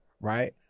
right